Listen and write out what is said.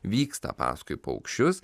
vyksta paskui paukščius